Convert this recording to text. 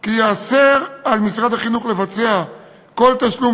כי ייאסר על משרד החינוך לבצע כל תשלום